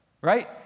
right